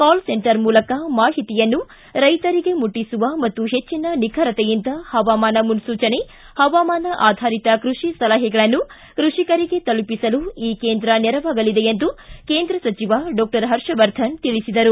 call centre ಮೂಲಕ ಮಾಹಿತಿಯನ್ನು ರೈತರಿಗೆ ಮುಟ್ಟಿಸುವ ಮತ್ತು ಹೆಚ್ಚಿನ ನಿಖರತೆಯಿಂದ ಪವಾಮಾನ ಮುನ್ನೂಚನೆ ಹವಾಮಾನ ಆಧಾರಿತ ಕೃಷಿ ಸಲಹೆಗಳನ್ನು ಕೃಷಿಕರಿಗೆ ತಲುಪಿಸಲು ಈ ಕೇಂದ್ರ ನೆರವಾಗಲಿದೆ ಎಂದು ಕೇಂದ್ರ ಸಚಿವ ಡಾಕ್ಷರ್ ಹರ್ಷವರ್ಧನ್ ತಿಳಿಸಿದರು